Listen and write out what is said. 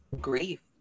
grief